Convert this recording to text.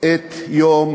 את יום